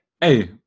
Hey